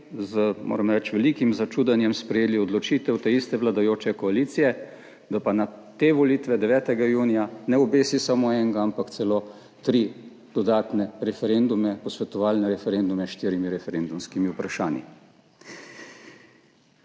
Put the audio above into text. moram reči, z velikim začudenjem sprejeli odločitev te iste vladajoče koalicije, da na te volitve 9. junija ne obesi samo enega, ampak celo tri dodatne posvetovalne referendume s štirimi referendumskimi vprašanji.